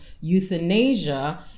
euthanasia